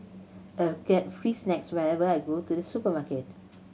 I get free snacks whenever I go to the supermarket